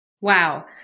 Wow